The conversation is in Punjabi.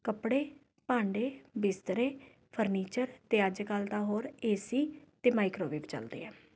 ਕੱਪੜੇ ਭਾਂਡੇ ਬਿਸਤਰੇ ਫ਼ਰਨੀਚਰ ਅਤੇ ਅੱਜ ਕੱਲ੍ਹ ਦਾ ਹੋਰ ਏ ਸੀ ਅਤੇ ਮਾਈਕਰੋਵੇਵ ਚੱਲਦੇ ਹੈ